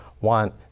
want